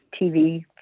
TV